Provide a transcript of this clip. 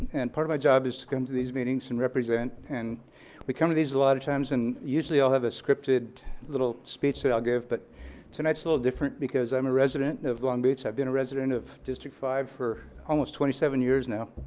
and part of my job is to come to these meetings and represent and we come to these a lot of times and usually i'll have a scripted little speech that i'll give, but tonight's a little different because i'm a resident of long beach. i've been a resident of district five for almost twenty seven years now.